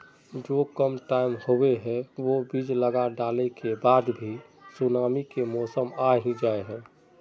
जो कम टाइम होये है वो बीज लगा डाला के बाद भी सुनामी के मौसम आ ही जाय है?